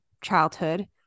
childhood